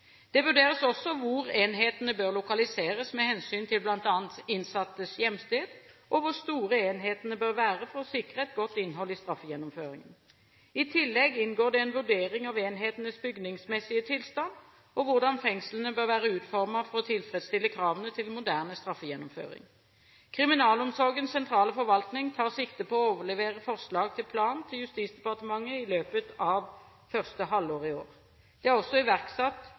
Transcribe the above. Det vurderes også hvor enhetene bør lokaliseres med hensyn til bl.a. innsattes hjemsted, og hvor store enhetene bør være for å sikre et godt innhold i straffegjennomføringen. I tillegg inngår det en vurdering av enhetenes bygningsmessige tilstand og hvordan fengslene bør være utformet for å tilfredsstille kravene til moderne straffegjennomføring. Kriminalomsorgens sentrale forvaltning tar sikte på å overlevere forslag til plan til Justisdepartementet i løpet av første halvår i år. Det er også iverksatt